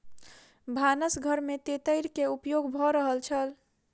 भानस घर में तेतैर के उपयोग भ रहल छल